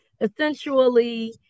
essentially